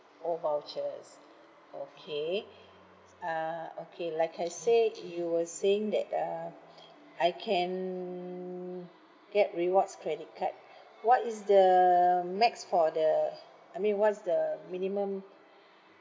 orh vouchers okay s~ uh okay like I say you were saying that uh I can get rewards credit card what is the max for the I mean what's the minimum